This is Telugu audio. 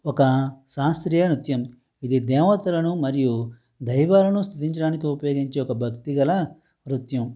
ఒక శాస్త్రీయ నృత్యం ఇది దేవతలను మరియు దైవాలను స్తుతించడానికి ఉపయోగించే ఒక భక్తి గల నృత్యం